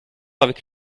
avec